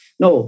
no